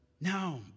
Now